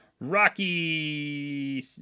rocky